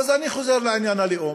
אז אני חוזר לעניין הלאום.